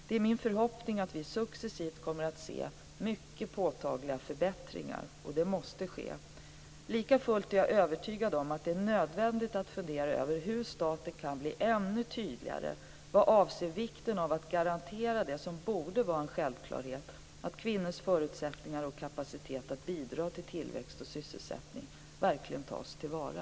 Det är min förhoppning att vi successivt kommer att se mycket påtagliga förbättringar, och det måste ske. Likafullt är jag övertygad om att det är nödvändigt att fundera över hur staten kan bli ännu tydligare vad avser vikten av att garantera det som borde vara en självklarhet - att kvinnors förutsättningar och kapacitet att bidra till tillväxt och sysselsättning verkligen tas till vara.